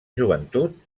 joventut